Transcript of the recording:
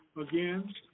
again